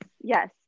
yes